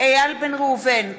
איל בן ראובן,